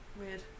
Weird